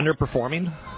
underperforming